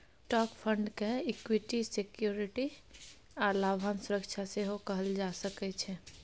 stock fund के equity security आ लाभांश सुरक्षा सेहो कहल जा सकइ छै